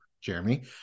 Jeremy